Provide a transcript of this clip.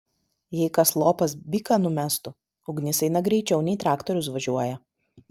jei kas lopas biką numestų ugnis eina greičiau nei traktorius važiuoja